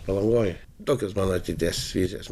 palangoj tokios mano ateities vizijos